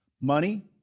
money